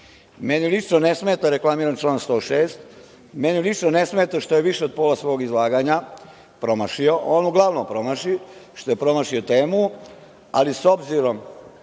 reda. Meni lično ne smeta, reklamiram član 106, meni lično ne smeta što je više od pola svog izlaganja promašio. On uglavnom promaši, što je promašio temu ali s obzirom,